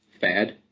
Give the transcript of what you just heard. fad